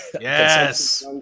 yes